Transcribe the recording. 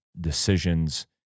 decisions